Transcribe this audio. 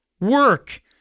work